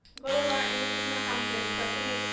go to laurainthekitchen dot com to get this recipe.